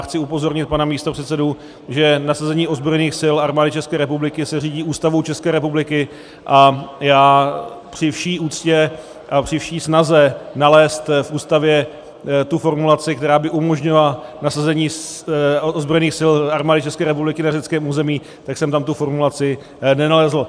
Chci upozornit pana místopředsedu, že nasazení ozbrojených sil Armády České republiky se řídí Ústavou České republiky, a já při vší úctě a při vší snaze nalézt v Ústavě formulaci, která by umožnila nasazení ozbrojených sil Armády České republiky na řeckém území, tak jsem tam tu formulaci nenalezl.